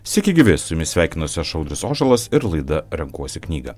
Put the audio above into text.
sveiki gyvi su jumis sveikinuosi aš audrius ožalas ir laida renkuosi knygą